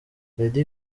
lady